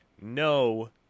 no